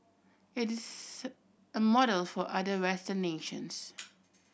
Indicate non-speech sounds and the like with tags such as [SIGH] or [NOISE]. it [UNINTELLIGIBLE] a model for other Western nations